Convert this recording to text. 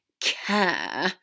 care